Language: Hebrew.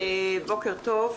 בוקר טוב,